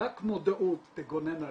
רק מודעות תגונן עלינו.